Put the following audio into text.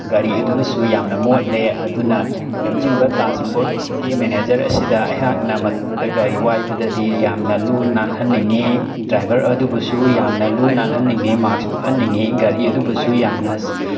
ꯒꯥꯔꯤ ꯑꯗꯨꯁꯨ ꯌꯥꯝꯅ ꯃꯣꯠꯂꯦ ꯑꯗꯨꯅ ꯂꯝꯖꯤꯡꯕ ꯇ꯭ꯔꯥꯟꯁꯄꯣꯔꯠꯀꯤ ꯃꯦꯅꯦꯖꯔ ꯑꯁꯤꯗ ꯑꯩꯍꯥꯛꯅ ꯃꯇꯨꯡꯗ ꯒꯥꯔꯤ ꯋꯥꯏꯕꯗꯗꯤ ꯌꯥꯝꯅ ꯂꯨ ꯅꯥꯜꯍꯟꯅꯤꯡꯉꯤ ꯗ꯭ꯔꯥꯏꯕꯔ ꯑꯗꯨꯕꯨꯁꯨ ꯌꯥꯝꯅ ꯂꯨ ꯅꯥꯜꯍꯟꯅꯤꯡꯉꯦ ꯃꯥꯛꯁ ꯎꯞꯍꯟꯅꯤꯡꯏ ꯒꯥꯔꯤ ꯑꯗꯨꯕꯨꯁꯨ ꯌꯥꯝꯅ